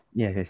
Yes